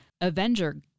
Avenger